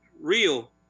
real